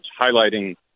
highlighting